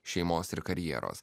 šeimos ir karjeros